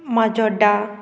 म्हाजोड्डा